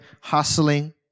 hustling